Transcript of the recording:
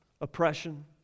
oppression